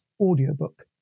audiobook